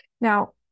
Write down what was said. Now